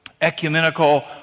ecumenical